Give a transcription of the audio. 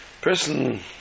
Person